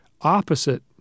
opposite